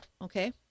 Okay